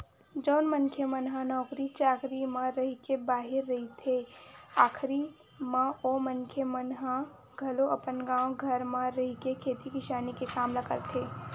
जउन मनखे मन ह नौकरी चाकरी म रहिके बाहिर रहिथे आखरी म ओ मनखे मन ह घलो अपन गाँव घर म रहिके खेती किसानी के काम ल करथे